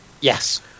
Yes